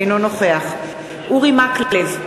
אינו נוכח אורי מקלב,